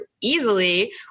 easily